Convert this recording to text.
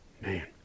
Man